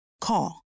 Call